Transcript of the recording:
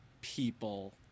people